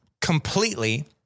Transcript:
completely